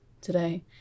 today